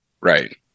Right